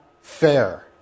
fair